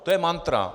To je mantra.